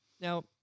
Now